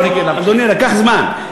אדוני, לקח זמן.